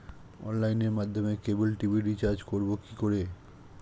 অনলাইনের মাধ্যমে cable TV recharge করব কি করে?